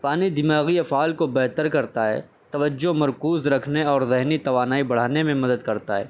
پانی دماغی افعال کو بہتر کرتا ہے توجہ مرکوز رکھنے اور ذہنی توانائی بڑھانے میں مدد کرتا ہے